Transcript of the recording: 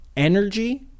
energy